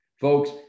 Folks